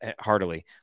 heartily